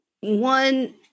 one